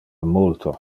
multo